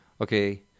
okay